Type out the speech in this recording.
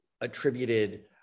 attributed